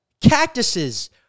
Cactuses